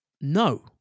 No